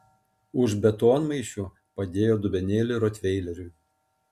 už betonmaišių padėjo dubenėlį rotveileriui